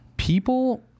People